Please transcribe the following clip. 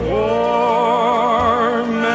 warm